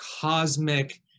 cosmic